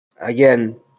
Again